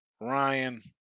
Ryan